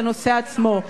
לנושא עצמו.